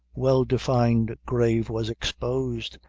well-defined grave was exposed,